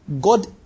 God